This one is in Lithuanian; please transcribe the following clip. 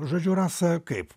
žodžiu rasa kaip